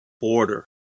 Border